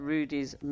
Rudy's